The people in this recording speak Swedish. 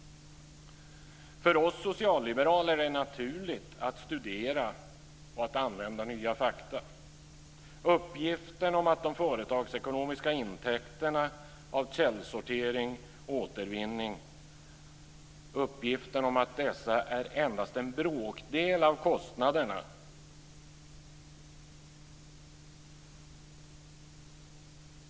För oss socialliberaler är det naturligt att studera och använda nya fakta. Det finns uppgifter om att de företagsekonomiska intäkterna av källsortering och återvinning endast är en bråkdel av kostnaderna.